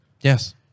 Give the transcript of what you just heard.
yes